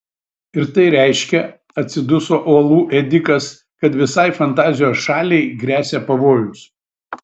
ir tai reiškia atsiduso uolų ėdikas kad visai fantazijos šaliai gresia pavojus